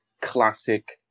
Classic